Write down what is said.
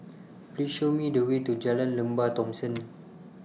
Please Show Me The Way to Jalan Lembah Thomson